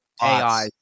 AI